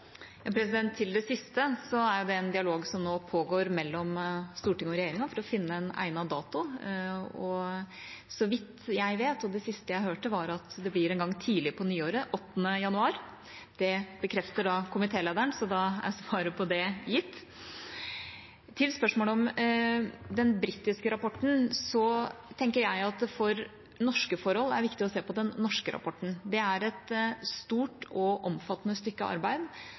Til det siste: Det er en dialog som nå pågår mellom Stortinget og regjeringa for å finne en egnet dato. Så vidt jeg vet, og det siste jeg hørte, var at det blir en gang tidlig på nyåret, 8. januar – det bekrefter komitélederen, så da er svaret på det gitt. Til spørsmålet om den britiske rapporten: Jeg tenker at det for norske forhold er viktig å se på den norske rapporten. Det er et stort og omfattende stykke arbeid